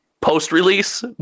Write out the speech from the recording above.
post-release